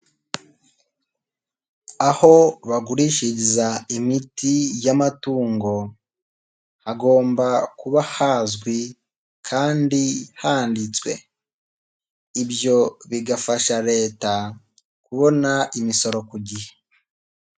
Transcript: Aho bagurishiriza imiti y'amatungo hagomba kuba hazwi kandi handitswe ibyo bigafasha Leta kubona imisoro ku gihe.